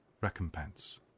recompense